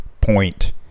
point